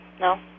No